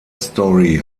story